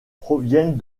proviennent